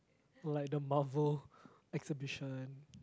like the marvel exhibition